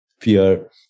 fear